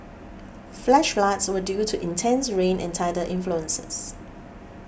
flash floods were due to intense rain and tidal influences